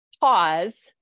pause